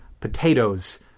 potatoes